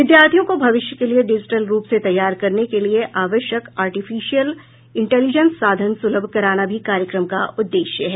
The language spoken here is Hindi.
विद्यार्थियों को भविष्य के लिए डिजिटल रूप से तैयार करने के लिए आवश्यक आर्टिफिशियल इंटेलिजेंस साधन सुलभ कराना भी कार्यक्रम का उद्देश्य है